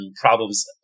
problems